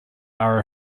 are